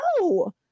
no